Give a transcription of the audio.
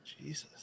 Jesus